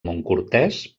montcortès